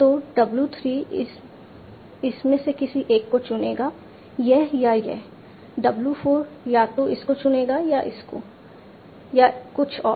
तो w 3 इस में से किसी एक को चुनेगा यह या यह w4 या तो इसको चुनेगा या इसको या कुछ और